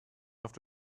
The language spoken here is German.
oft